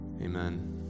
Amen